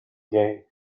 gay